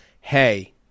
Hey